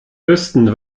wüssten